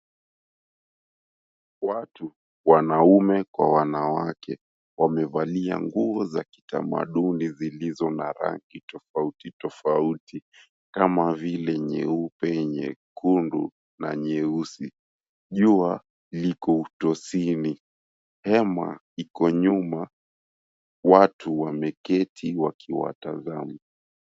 Watu wanaume kwa wanawake wamevalia nguo za kitamaduni zilizo na rangi tofauti tofauti kama vile; nyeupe, nyekundu na nyeusi. Jua liko utosini, hema iko nyuma, watu wameketi wakiwatazama.